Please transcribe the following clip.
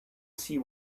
see